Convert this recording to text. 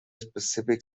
specific